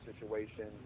situation